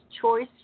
choice